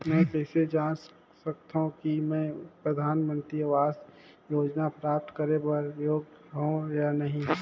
मैं कइसे जांच सकथव कि मैं परधानमंतरी आवास योजना प्राप्त करे बर योग्य हववं या नहीं?